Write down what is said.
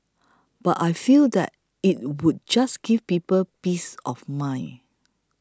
but I feel that it would just give people peace of mind